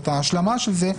או את ההשלמה של זה,